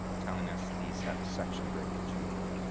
telling us these have a section break between them.